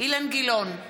אילן גילאון,